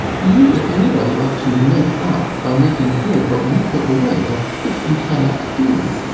you, if anybody, ought to make up by making good what you took away, but this you cannot do.